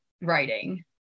writing